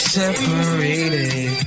separated